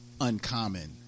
uncommon